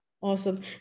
Awesome